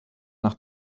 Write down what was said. nach